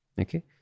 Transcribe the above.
Okay